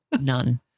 None